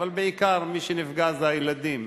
אבל בעיקר מי שנפגע זה הילדים.